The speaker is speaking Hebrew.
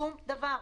שום דבר.